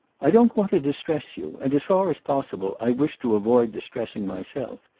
i don't want to distress you and as far as possible i wish to avoid distressing myself.